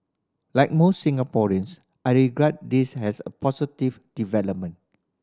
like most Singaporeans I regard this as a positive development